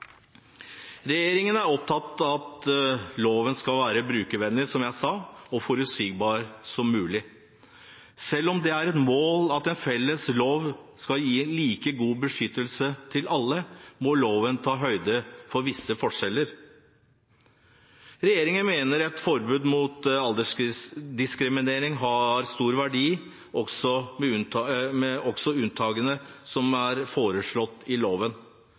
Regjeringen er opptatt av at loven skal være brukervennlig, som jeg sa, og så forutsigbar som mulig. Selv om det er et mål at en felles lov skal gi like god beskyttelse til alle, må loven ta høyde for visse forskjeller. Regjeringen mener et forbud mot aldersdiskriminering har stor verdi, også med unntakene som er foreslått.